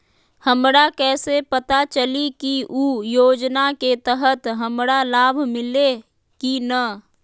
हमरा कैसे पता चली की उ योजना के तहत हमरा लाभ मिल्ले की न?